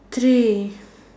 three